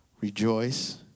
rejoice